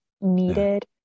needed